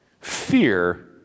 Fear